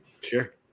Sure